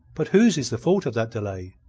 but whose is the fault of that delay?